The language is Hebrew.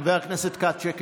חבר הכנסת כץ, שקט.